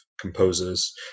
composers